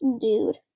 Dude